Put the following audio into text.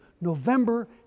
November